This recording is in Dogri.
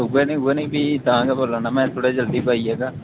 उ'ऐ नी उ'ऐ नी फ्ही तां गै बोलै'र ना दा थोह्ड़ा जल्दी प आई जाह्गा